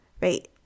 right